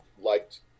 liked